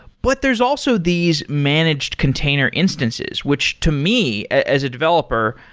but there's also these managed container instances, which to me as a developer,